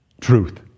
truth